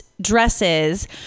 dresses